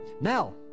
Now